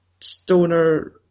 stoner